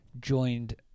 joined